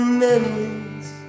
memories